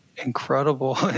incredible